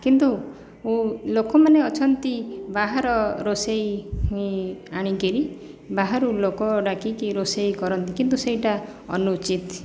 କିନ୍ତୁ ଲୋକମାନେ ଅଛନ୍ତି ବାହାର ରୋଷେଇ ଆଣିକିରି ବାହାରୁ ଲୋକ ଡାକିକି ରୋଷେଇ କରନ୍ତି କିନ୍ତୁ ସେହିଟା ଅନୁଚିତ୍